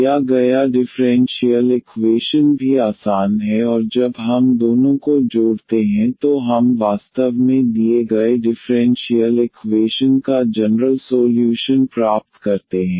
दिया गया differential equation भी आसान है और जब हम दोनों को जोड़ते हैं तो हम वास्तव में दिए गए डिफ़्रेंशियल इकवेशन का जनरल सोल्यूशन प्राप्त करते हैं